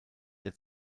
der